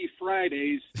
Fridays